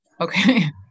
Okay